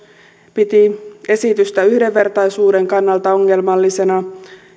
piti esitystä yhdenvertaisuuden kannalta ongelmallisena